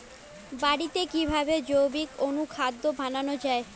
বাড়িতে কিভাবে জৈবিক অনুখাদ্য বানানো যায়?